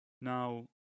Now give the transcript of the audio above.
Now